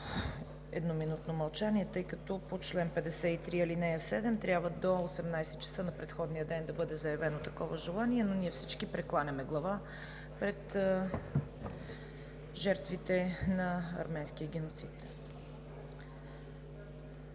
едноминутно мълчание, тъй като по чл. 53, ал. 7 до 18,00 ч. на предходния ден трябва да бъде заявено такова желание. Но ние всички прекланяме глава пред жертвите на арменския геноцид.